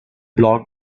blog